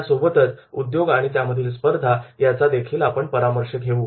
यासोबतच उद्योग आणि त्यामधील स्पर्धा याचादेखील आपण परामर्श घेऊ